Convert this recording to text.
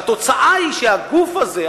והתוצאה היא שהגוף הזה,